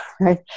right